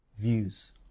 views